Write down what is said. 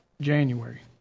January